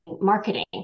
marketing